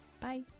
Bye